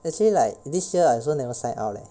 actually like this year I also never sign up leh